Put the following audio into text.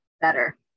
better